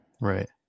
Right